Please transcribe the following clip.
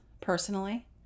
personally